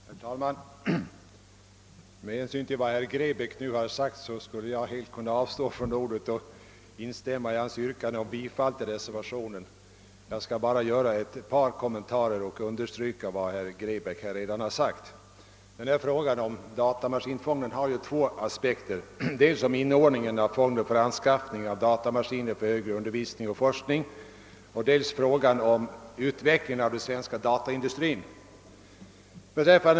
Herr talman! Med hänsyn till vad herr Grebäck anfört skulle jag helt kunna avstå från ordet och instämma i hans yrkande om bifall till reservationen 1. Jag skall bara med ett par kommentarer understryka vad han redan har sagt. Frågan om datamaskinfonden har två aspekter: dels inordningen av fonden för anskaffning av datamaskiner för högre undervisning och forskning, dels utvecklingen av den svenska dataindustrin.